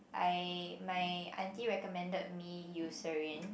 I my auntie recommended me Eucerin